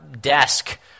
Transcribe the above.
desk